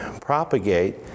propagate